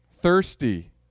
Thirsty